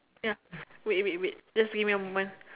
ya wait wait wait just give me a moment